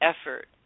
effort